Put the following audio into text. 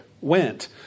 went